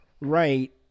right